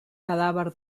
cadàver